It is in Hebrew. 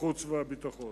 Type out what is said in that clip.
החוץ והביטחון.